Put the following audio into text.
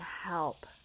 help